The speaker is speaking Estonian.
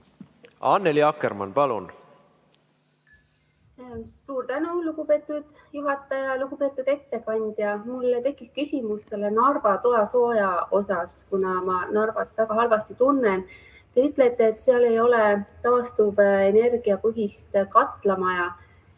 Annely Akkermann, palun! (Kaugühendus)Suur tänu, lugupeetud juhataja! Lugupeetud ettekandja! Mul tekkis küsimus selle Narva toasooja kohta, kuna ma Narvat väga halvasti tunnen. Te ütlete, et seal ei ole taastuvenergiapõhist katlamaja,